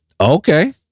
Okay